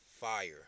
fire